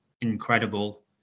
incredible